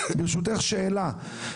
ברשותך, שאלה.